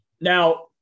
Now